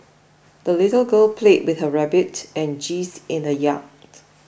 the little girl played with her rabbit and geese in the yard